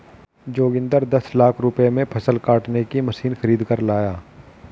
जोगिंदर दस लाख रुपए में फसल काटने की मशीन खरीद कर लाया